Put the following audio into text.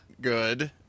good